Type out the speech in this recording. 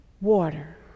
water